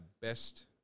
best